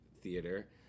Theater